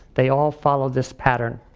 they all follow this pattern.